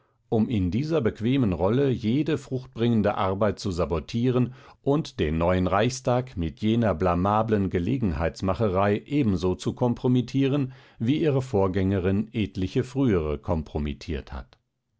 um in dieser bequemen rolle jede fruchtbringende arbeit zu sabotieren und den neuen reichstag mit jener blamablen gelegenheitsmacherei ebenso zu kompromittieren wie ihre vorgängerin etliche frühere kompromittiert hat